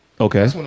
Okay